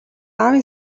аавын